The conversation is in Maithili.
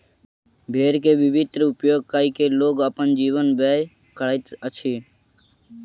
भेड़ के विभिन्न उपयोग कय के लोग अपन जीवन व्यय करैत अछि